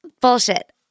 Bullshit